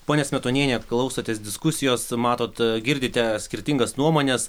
ponia smetoniene klausotės diskusijos matot girdite skirtingas nuomones